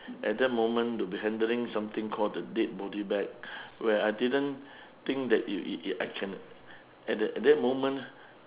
at that moment to be handling something called the dead body bag where I didn't think that you you you I can at that at that moment